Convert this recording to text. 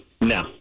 no